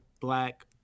black